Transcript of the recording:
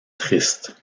tristes